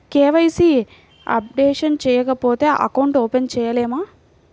KYC updation చేయకపోతే account open చేయలేమా?